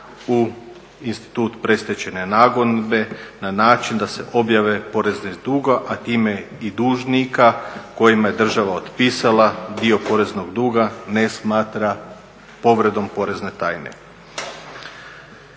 u institut predstečajne nagodbe na način da se objave porezni dug, a time i dužnika kojima je država otpisala dio poreznog duga ne smatra povredom porezne tajne.